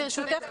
ברשותך,